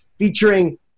featuring